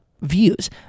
Views